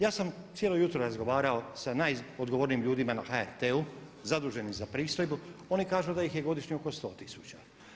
Ja sam cijelo jutro razgovarao sa najodgovornijim ljudima na HRT-u, zaduženim za pristojbu, oni kažu da ih je godišnje oko 100 tisuća.